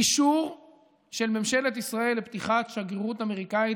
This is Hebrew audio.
אישור של ממשלת ישראל לפתיחת שגרירות אמריקאית